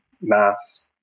mass